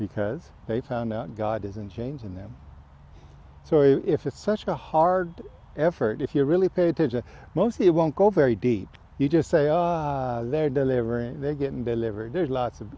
because they found out god isn't changing them so if it's such a hard effort if you really pay attention mostly it won't go very deep you just say ah they're delivering they're getting delivered there's lots of